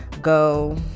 go